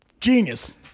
genius